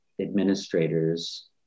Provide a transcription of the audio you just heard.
administrators